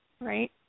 right